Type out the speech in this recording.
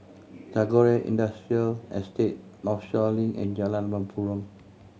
Tagore Industrial Estate Northshore Link and Jalan Mempurong